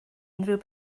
unrhyw